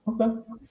Okay